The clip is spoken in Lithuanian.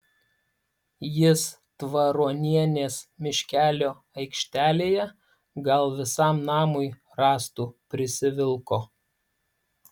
jis tvaronienės miškelio aikštelėje gal visam namui rąstų prisivilko